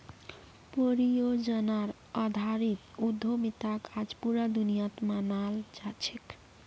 परियोजनार आधारित उद्यमिताक आज पूरा दुनियात मानाल जा छेक